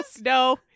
No